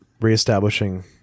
reestablishing